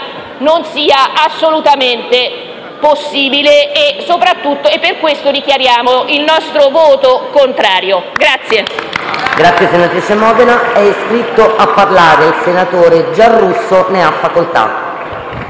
non sia assolutamente possibile e, pertanto, dichiariamo il nostro voto contrario.